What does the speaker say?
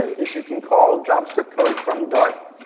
if you can call javascript code from dart,